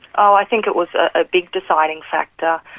ah i think it was a big deciding factor.